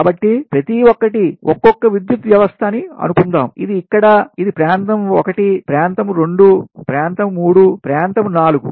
కాబట్టి ప్రతి ఒక్కటిఒక్కొక్క విద్యుత్ వ్యవస్థ అని అనుకుందాం ఇది ఇక్కడ ఇది ప్రాంతం 1 ప్రాంతం 2 ప్రాంతం 3 ప్రాంతం 4